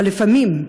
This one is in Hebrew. אבל לפעמים,